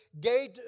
Gate